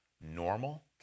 normal